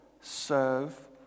serve